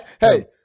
Hey